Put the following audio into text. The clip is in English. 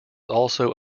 also